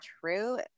true